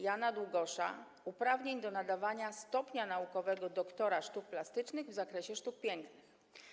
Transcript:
Jana Długosza uprawnień do nadawania stopnia naukowego doktora sztuk plastycznych w zakresie sztuk pięknych.